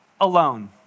alone